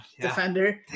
defender